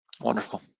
Wonderful